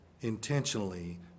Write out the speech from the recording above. intentionally